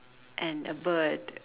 and a bird